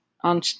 on